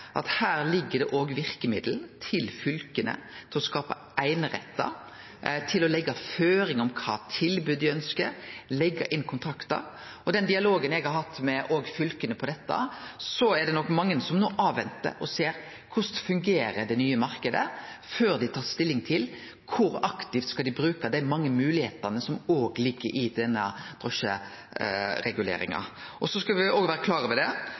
verkemiddel til fylka til å skape einerettar til å leggje føringar om kva tilbod dei ønskjer, og til å leggje inn kontaktar. Den dialogen eg har hatt med fylka om dette, viser at det nok er mange som no ventar og ser på korleis den nye marknaden fungerer, før dei tar stilling til kor aktivt dei skal bruke dei mange moglegheitene som ligg i denne drosjereguleringa. Så skal me òg vere